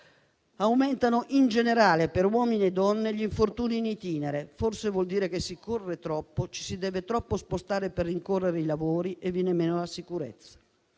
Aumentano in generale, per uomini e donne, gli infortuni *in itinere*; forse vuol dire che si corre troppo, ci si deve troppo spostare per rincorrere i lavori e viene meno la sicurezza.